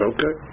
Okay